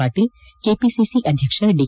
Patil KPCC ಅಧ್ಯಕ್ಷ the